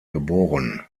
geboren